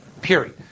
Period